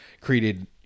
created